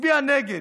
הצביע נגד.